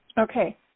Okay